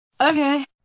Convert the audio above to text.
Okay